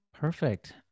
Perfect